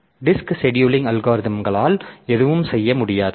எனவே disk scheduling அல்கோரிதம்களால் எதுவும் செய்ய முடியாது